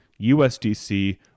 USDC